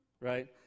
right